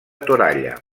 toralla